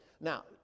Now